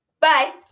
Bye